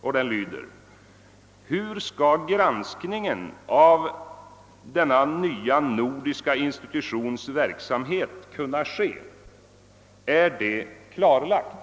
Den lyder::Är det klarlagt hur granskningen av denna nya nordiska institutions verksamhet skall kunna ske?